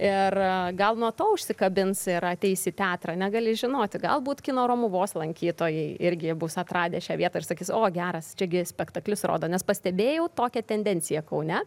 ir gal nuo to užsikabins ir ateis į teatrą negali žinoti galbūt kino romuvos lankytojai irgi bus atradę šią vietą ir sakys o geras čia gi spektaklius rodo nes pastebėjau tokią tendenciją kaune